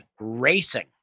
racing